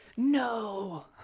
no